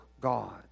God